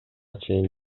чейин